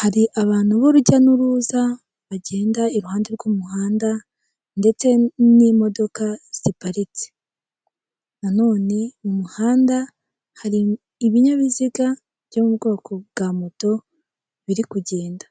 hari abantu b'urujya n'uruza bagenda iruhande rw'umuhanda, ndetse n'imodoka ziparitse nanone mu muhanda hari ibinyabiziga byo mu bwoko bwa moto biri kugenda.